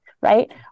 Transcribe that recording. right